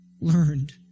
learned